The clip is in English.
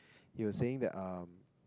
he was saying the um